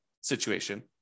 situation